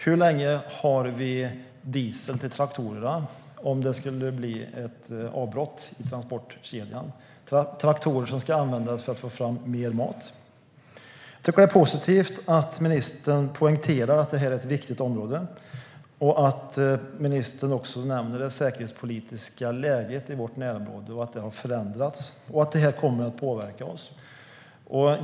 Hur länge har vi diesel till traktorerna - traktorer som ska användas för att få fram mer mat - om det skulle bli ett avbrott i transportkedjan? Jag tycker att det är positivt att ministern poängterar att detta är ett viktigt område, att han också nämner det säkerhetspolitiska läget i vårt närområde och att det har förändrats och att detta kommer att påverka oss.